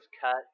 cut